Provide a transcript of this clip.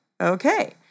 Okay